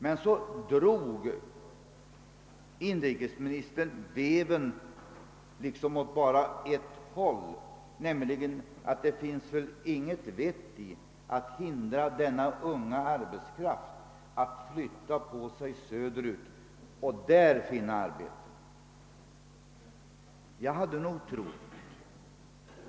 Men så drog inrikesministern liksom veven bara åt ett håll och sade att man väl inte borde hindra den unga arbetskraften att flytta söderut för att finna arbete där.